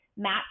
match